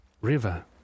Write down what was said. river